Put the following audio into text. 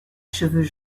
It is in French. cheveux